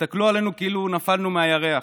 הסתכלו עלינו כאילו נפלנו מהירח: